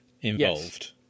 involved